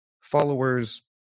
followers